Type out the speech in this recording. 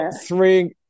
three